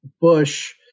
Bush